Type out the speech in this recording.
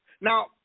Now